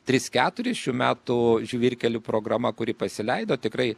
tris keturis šių metų žvyrkelių programa kuri pasileido tikrai